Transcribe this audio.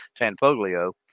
Tanfoglio